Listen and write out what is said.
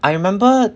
I remember